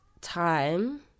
time